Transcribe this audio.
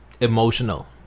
emotional